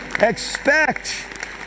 Expect